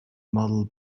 model